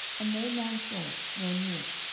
and no man saw it, nor knew it,